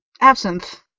absinthe